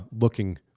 looking